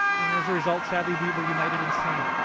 and as a result, sadly, we were united in sin.